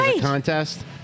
contest